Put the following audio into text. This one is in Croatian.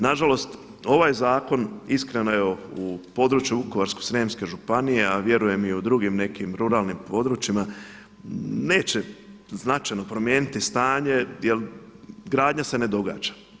Nažalost ovaj zakon, iskreno evo u području Vukovarsko-srijemske županije a vjerujem i u drugim nekim ruralnim područjima neće značajno promijeniti stanje jer gradnja se ne događa.